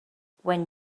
when